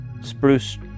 Spruce